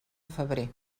febrer